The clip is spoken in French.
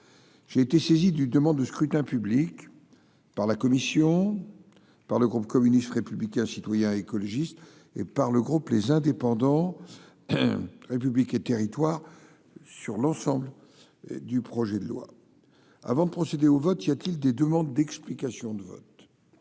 j'ai été saisi d'une demande de scrutin public par la Commission, par le groupe communiste, républicain, citoyen et écologiste et par le groupe, les indépendants, République et Territoires sur l'ensemble du projet de loi avant de procéder au vote, y a-t-il des demandes d'explications de vote.